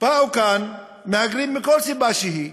באו לכאן מהגרים, מכל סיבה שהיא,